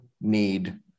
need